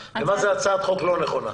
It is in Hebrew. ומה היא הצעת חוק לא נכונה?